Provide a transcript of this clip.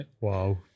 Wow